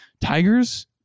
Tigers